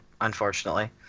Unfortunately